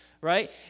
right